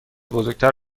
بزرگتر